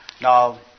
Now